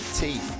tea